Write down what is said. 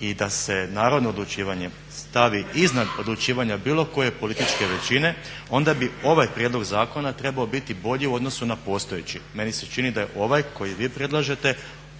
i da se narodno odlučivanje stavi iznad odlučivanja bilo koje političke većine onda bi ovaj prijedlog zakona trebao biti bolji u odnosu na postojeći. Meni se čini da je ovaj koji vi predlažete